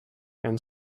and